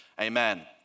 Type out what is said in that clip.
Amen